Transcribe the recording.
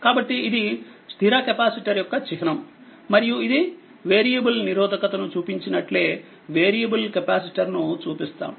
కాబట్టి ఇది స్థిర కెపాసిటర్ యొక్క చిహ్నం మరియుఇది వేరియబుల్ నిరోధకతనుచూపించినట్లే వేరియబుల్కెపాసిటర్ ను చూపిస్తాం